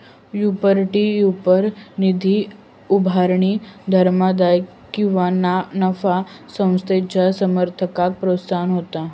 peer to peer निधी उभारणी धर्मादाय किंवा ना नफा संस्थेच्या समर्थकांक प्रोत्साहन देता